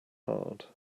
hard